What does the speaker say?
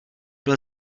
byl